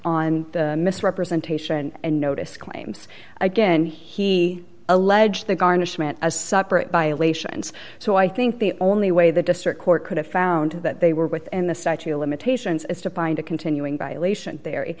on the misrepresentation and notice claims again he allege the garnishment a separate violations so i think the only way the district court could have found that they were within the statute of limitations is to find a continuing violation the